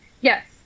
Yes